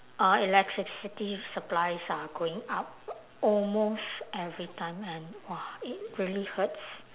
uh electricity supplies are going up almost every time and !wah! it really hurts